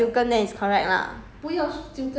so cannot buy the silken one lah